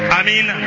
Amen